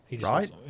Right